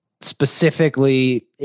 specifically